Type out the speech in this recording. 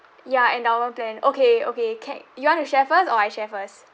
ya endowment plan okay okay ca~ you want to share first or I share first